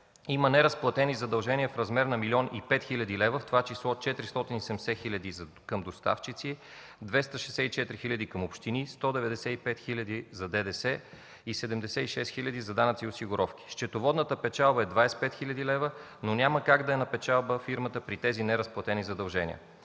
има неразплатени задължения в размер на 1 млн. 5 хил. лв., в това число 480 хиляди към доставчици, 264 хиляди към общини, 195 хиляди за ДДС и 76 хиляди за данъци и осигуровки. Счетоводната печалба е 25 хил. лв., но няма как да е на печалба фирмата при тези неразплатени задължения.